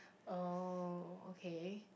oh okay